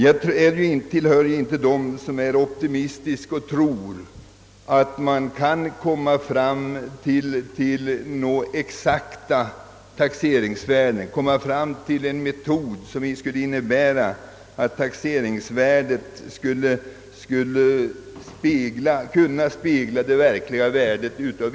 Jag tillhör inte de optimister som tror att vi kan komma fram till exakta taxeringsvärden eller till en metod som innebär att taxeringsvärdet speglar villans verkliga värde.